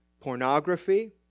pornography